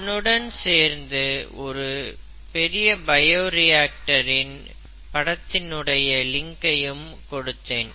அதனுடன் சேர்ந்து ஒரு பெரிய பயோரியாக்டரின் படத்துடைய லிங்கையும் கொடுத்தேன்